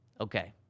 Okay